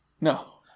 No